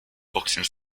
boxing